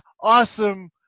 awesome